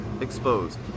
exposed